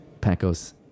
Pacos